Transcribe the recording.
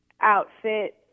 outfit